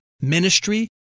ministry